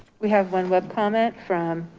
we have one web comment from